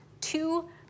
two